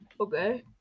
Okay